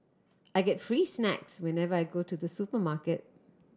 I get free snacks whenever I go to the supermarket